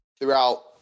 throughout